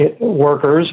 workers